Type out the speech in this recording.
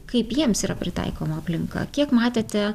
kaip jiems yra pritaikoma aplinka kiek matėte